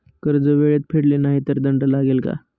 कर्ज वेळेत फेडले नाही तर दंड लागेल का?